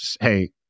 hey